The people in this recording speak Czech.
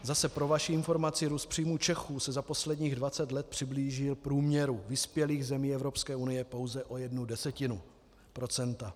Zase pro vaši informaci, růst příjmů Čechů se za posledních 20 let přiblížil průměru vyspělých zemí Evropské unie pouze o 0,1 %.